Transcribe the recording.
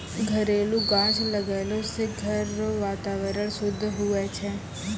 घरेलू गाछ लगैलो से घर रो वातावरण शुद्ध हुवै छै